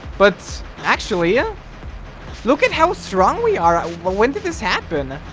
but actually yeah look at how strong we are ah when did this happen?